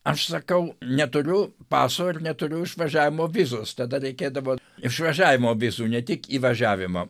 aš sakau neturiu paso ir neturiu išvažiavimo vizos tada reikėdavo išvažiavimo vizų ne tik įvažiavimo